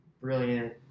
brilliant